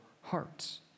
hearts